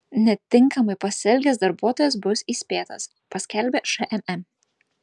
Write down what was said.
netinkamai pasielgęs darbuotojas bus įspėtas paskelbė šmm